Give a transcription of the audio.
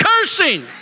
cursing